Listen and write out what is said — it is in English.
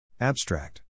Abstract